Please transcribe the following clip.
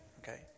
Okay